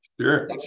Sure